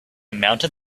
mounted